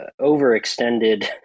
overextended